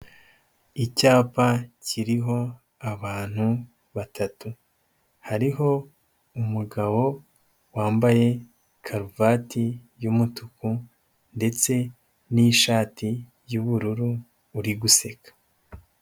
Icyapa kiriho abantu batatu. Hariho umugabo wambaye karuvati y'umutuku ndetse n'ishati y'ubururu, uri guseka.